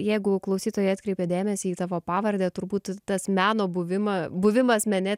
jeigu klausytojai atkreipė dėmesį į tavo pavardę turbūt tas meno buvima buvimas mene